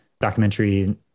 documentary